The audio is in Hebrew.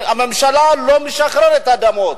הממשלה לא משחררת אדמות,